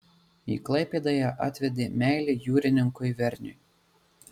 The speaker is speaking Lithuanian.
į klaipėdą ją atvedė meilė jūrininkui verniui